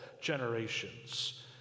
generations